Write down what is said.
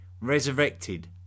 resurrected